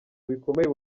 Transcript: bikomeye